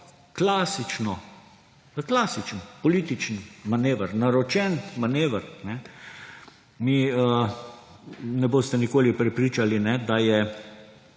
za klasičen političen manever, naročen manever. Me ne boste nikoli prepričali, da je